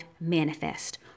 manifest